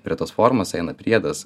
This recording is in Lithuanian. prie tos formos eina priedas